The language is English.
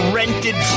rented